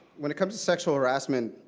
when it comes to sexual harassment,